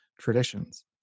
traditions